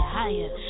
higher